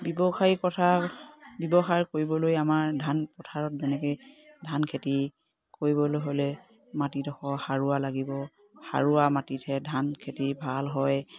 ব্যৱসায়ী কথা ব্যৱসায় কৰিবলৈ আমাৰ ধান পথাৰত যেনেকে ধান খেতি কৰিবলৈ হ'লে মাটিডোখৰ সাৰুৱা লাগিব সাৰুৱা মাটিতহে ধান খেতি ভাল হয়